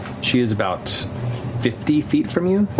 she is about fifty feet from you.